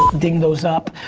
ding those up.